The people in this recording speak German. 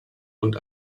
und